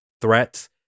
threats